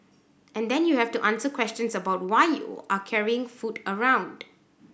and then you have to answer questions about why you are carrying food around